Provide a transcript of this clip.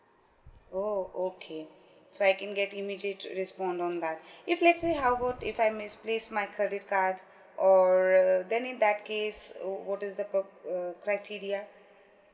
oh okay so I can get immediate respond on that if let's say how about if I misplace my credit card or err then in that case uh what is the pur~ uh criteria